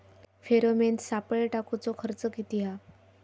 Pheromone सापळे टाकूचो खर्च किती हा?